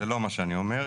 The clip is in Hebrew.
זה לא מה שאני אומר.